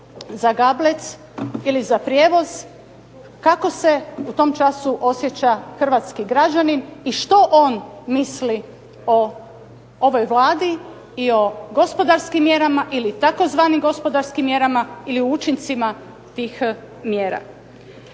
za gablec ili za prijevoz. Kako se u tom času osjeća hrvatski građanin i što on misli o ovoj Vladi i o gospodarskim mjerama ili tzv. gospodarskim mjerama ili učincima tih mjera.